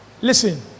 listen